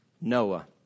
Noah